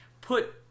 Put